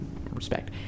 respect